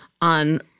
on